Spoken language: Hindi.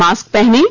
मास्क पहनें